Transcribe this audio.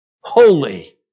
Holy